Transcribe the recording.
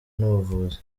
n’ubuvuzi